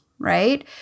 right